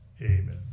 Amen